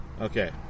okay